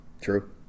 True